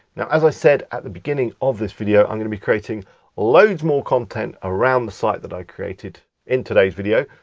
now as i said at the beginning of this video, i'm gonna be creating loads more content around the site that i created in today's video.